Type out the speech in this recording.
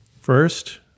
First